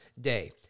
day